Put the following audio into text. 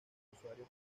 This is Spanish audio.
usuario